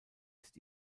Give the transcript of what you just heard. ist